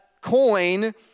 coin